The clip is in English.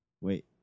wait